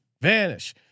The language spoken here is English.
vanish